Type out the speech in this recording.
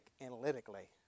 analytically